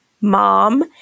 mom